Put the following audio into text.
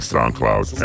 SoundCloud